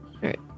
right